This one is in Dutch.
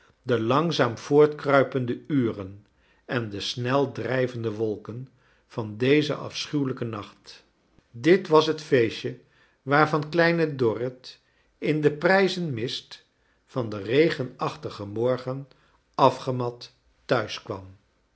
de langzaam voortkruipende uren en de snel drijvende wolken van dezen afschuwelijken nacht dit was het feestje waarvan kleine dorrit in den prijzen mist van den regenachtigen morgen afgemat